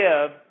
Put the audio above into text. live